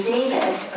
Davis